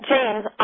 James